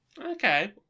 Okay